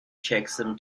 checksum